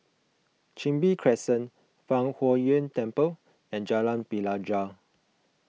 Chin Bee Crescent Fang Huo Yuan Temple and Jalan Pelajau